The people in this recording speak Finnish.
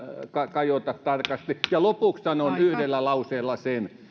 kajota tarkasti ja lopuksi sanon yhdellä lauseella sen